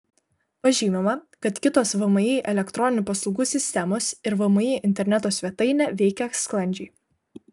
pažymima kad kitos vmi elektroninių paslaugų sistemos ir vmi interneto svetainė veikia sklandžiai